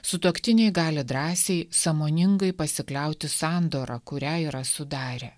sutuoktiniai gali drąsiai sąmoningai pasikliauti sandora kurią yra sudarę